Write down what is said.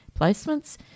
placements